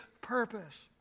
purpose